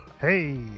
Hey